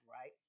right